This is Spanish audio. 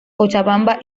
cochabamba